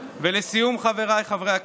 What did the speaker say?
ולסיום, חבריי חברי הכנסת,